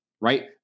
Right